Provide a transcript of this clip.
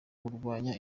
kurwanya